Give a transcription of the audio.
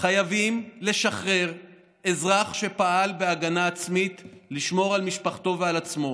חייבים לשחרר אזרח שפעל בהגנה עצמית לשמור על משפחתו ועל עצמו.